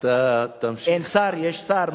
אתה תמשיך, אין שר, יש שר?